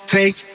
Take